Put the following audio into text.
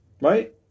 Right